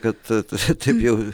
kad čia taip jau